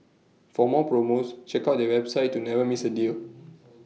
for more promos check out their website to never miss A deal